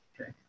okay